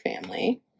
family